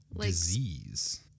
disease